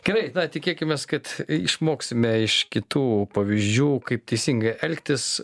gerai na tikėkimės kad išmoksime iš kitų pavyzdžių kaip teisingai elgtis